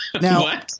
Now